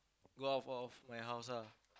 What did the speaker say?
go out of my house lah